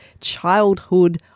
childhood